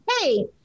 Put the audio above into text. hey